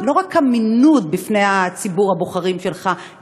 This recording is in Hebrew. לא רק אמינות בפני ציבור הבוחרים שלך,